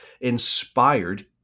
inspired